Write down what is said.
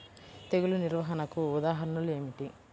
తెగులు నిర్వహణకు ఉదాహరణలు ఏమిటి?